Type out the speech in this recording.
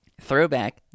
Throwback